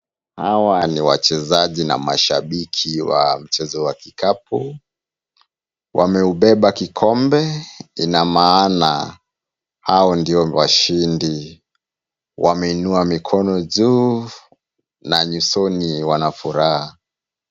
Hawa ni wachezaji na mashabiki wa mchezo wa kikapu. Wameubeba kikombe, ina maana hao ndio washindi. Wameinua mikono juu na nyusoni wana furaha.